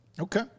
Okay